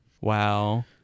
Wow